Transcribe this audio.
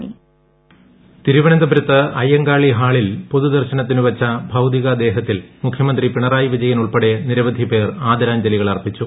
ആദരാഞ്ജലി തിരുവനന്തപുരത്ത് അയ്യങ്കാളി ഹാളിൽ പൊതുദർശനത്തിന് വച്ച ഭൌതികദേഹത്തിൽ മുഖ്യമന്ത്രി പിണറായി വിജയൻ ഉൾപ്പെടെ നിരവധി പേർ ആദരാഞ്ജലികൾ അർപ്പിച്ചു